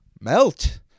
melt